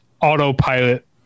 autopilot